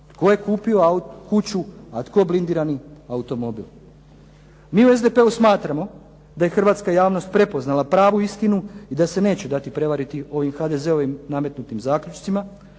tko je kupio kuću, a tko blindirani automobil. Mi u SDP-u smatramo da je hrvatska javnost prepoznala pravu istinu i da se neće dati prevariti ovim HDZ-ovim nametnutim zaključcima.